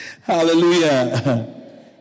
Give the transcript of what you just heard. hallelujah